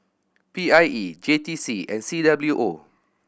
P I E J T C and C W O